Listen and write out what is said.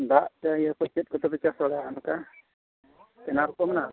ᱫᱟᱜ ᱛᱮ ᱪᱮᱫ ᱠᱚᱛᱮ ᱯᱮ ᱪᱟᱥ ᱵᱟᱲᱟᱜᱼᱟ ᱱᱚᱛᱮ ᱵᱮᱸᱜᱟᱲ ᱠᱚ ᱢᱮᱱᱟᱜᱼᱟ